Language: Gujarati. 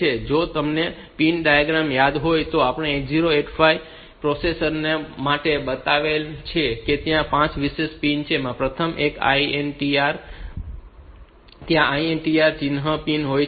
તેથી જો તમને પિન ડાયાગ્રામ યાદ હોય તો આપણે આ 8085 પ્રોસેસર માટે બતાવેલ કે ત્યાં 5 વિશિષ્ટ પિન છે પ્રથમ એક INTR છે અને ત્યાં INTR તરીકે ચિહ્નિત પિન છે